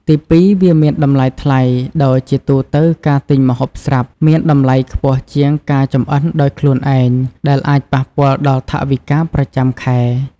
ទីពីរ វាមានតម្លៃថ្លៃ ដោយជាទូទៅការទិញម្ហូបស្រាប់មានតម្លៃខ្ពស់ជាងការចម្អិនដោយខ្លួនឯង ដែលអាចប៉ះពាល់ដល់ថវិកាប្រចាំខែ។